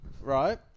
Right